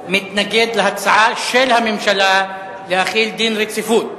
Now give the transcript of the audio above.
הוא מתנגד להצעה של הממשלה להחיל דין רציפות.